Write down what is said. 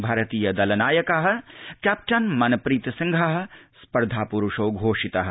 भारतीय दलनायकः कैप्टन मनप्रीत सिंहः स्पर्धापुरो घोषितः